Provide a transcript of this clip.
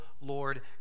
Lord